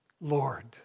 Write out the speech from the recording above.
Lord